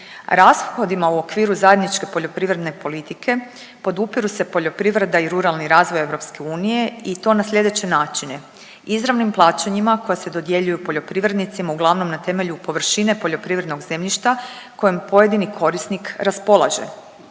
Rashodima u okviru zajedničke poljoprivredne politike podupiru se poljoprivreda i ruralni razvoj EU i to na sljedeće načine, izravnim plaćanjima koja se dodjeljuju poljoprivrednicima uglavnom na temelju površine poljoprivrednog zemljišta kojem pojedini korisnik raspolaže,